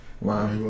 Wow